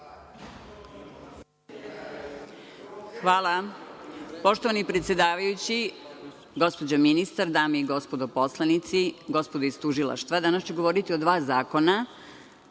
Hvala. Poštovani predsedavajući, gospođo ministar, dame i gospodo narodni poslanici, gospodo iz tužilaštva, danas ću govoriti o dva zakona.